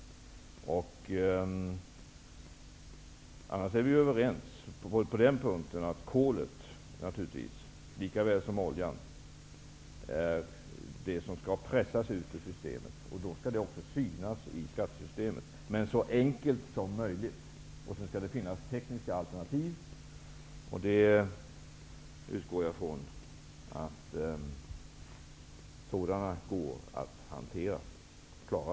Annars är vi överens om att kolet, likväl som oljan, skall så att säga pressas ut ur systemet. Det skall också synas skattemässigt, men det skall vara så enkelt som möjligt. Det skall också finnas tekniska alternativ. Jag utgår från att sådana går att klara.